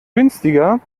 günstiger